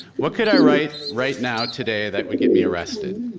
what could i write right now today that would get me arrested?